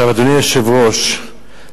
אדוני היושב-ראש,